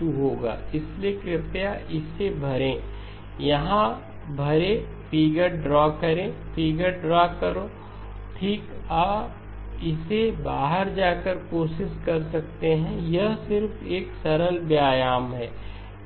2होगा इसलिए कृपया इसे भरें यहां भरे फिगर ड्रा करें फिगर ड्रा करो ठीक आप इसे बाहर जाकर कोशिश कर सकते हैं यह सिर्फ एक सरल व्यायाम है